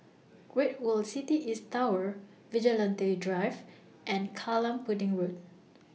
Great World City East Tower Vigilante Drive and Kallang Pudding Road